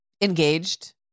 engaged